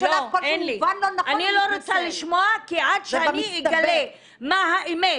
אני רוצה לשמוע כי עד שאני אגלה מה האמת